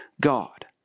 God